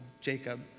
Jacob